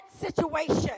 situation